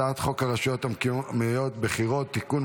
הצעת חוק הרשויות המקומיות (בחירות) (תיקון,